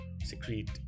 secrete